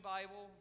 Bible